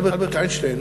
אלברט איינשטיין,